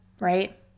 right